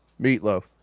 meatloaf